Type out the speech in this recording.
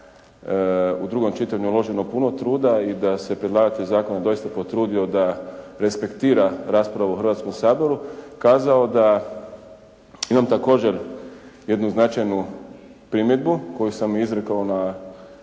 u drugom čitanju uloženo puno truda i da se predlagatelj zakona doista potrudio da respektira raspravu u Hrvatskom saboru kazao da imam također jednu značajnu primjedbu koju sam izrekao na radnim